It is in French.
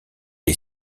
est